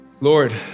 Lord